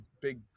big